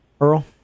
Earl